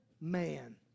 man